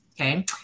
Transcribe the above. Okay